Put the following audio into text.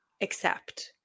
accept